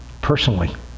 personally